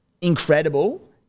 Incredible